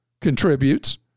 contributes